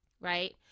Right